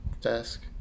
desk